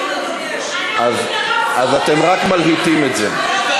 חברת הכנסת ציפי